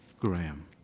Graham